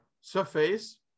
surface